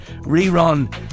rerun